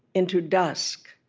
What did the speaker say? into dusk,